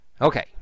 Okay